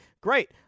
Great